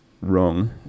wrong